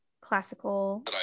classical